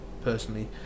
Personally